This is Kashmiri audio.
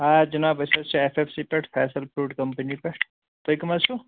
آ جناب أسۍ حظ چھ ایس ایف سی پیٚٹھ فیصل فرٛوٗٹ کمپٔنی پیٚٹھ تُہۍ کٔمہٕ حظ چھِو